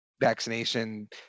vaccination